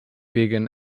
vegan